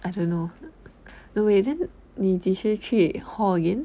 I don't know no eh 你几时去 huo yun